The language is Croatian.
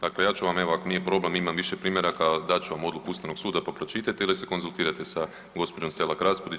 Dakle ja ću vam evo ako nije problem imam više primjeraka dat ću vam Odluku Ustavnog suda pa pročitajte ili se konzultirajte sa gospođom Selak Raspudić.